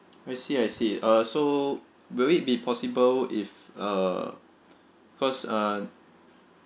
I see I see uh so will it be possible if uh because uh